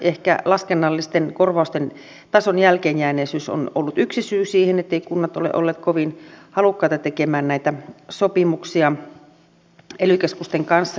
ehkä laskennallisten korvausten tason jälkeenjääneisyys on ollut yksi syy siihen etteivät kunnat ole olleet kovin halukkaita tekemään näitä sopimuksia ely keskusten kanssa